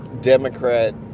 Democrat